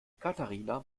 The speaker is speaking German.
katharina